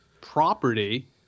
property